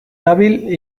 nabil